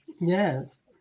Yes